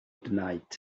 tonight